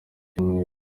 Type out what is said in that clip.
cyumweru